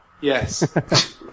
Yes